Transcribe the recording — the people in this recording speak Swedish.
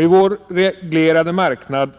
I vår reglerade marknad